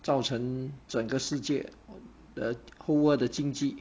造成整个世界 err the whole world 的经济